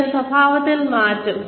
പിന്നെ സ്വഭാവത്തിൽ മാറ്റം